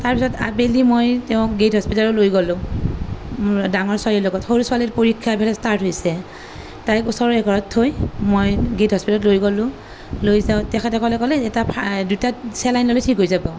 তাৰ পিছত আবেলি মই তেওঁক গে'ট হস্পিতেললৈ লৈ গ'লোঁ ডাঙৰ ছোৱালীৰ লগত সৰু ছোৱালীৰ পৰীক্ষা ইফালে ষ্টাৰ্ট হৈছে তাইক ওচৰৰ এঘৰত থৈ মই গে'ট হস্পিটেলত লৈ গ'লোঁ লৈ যাওঁতে তেখেতসকলে ক'লে এটা দুটা চেলাইন ল'লে ঠিক হৈ যাব